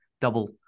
double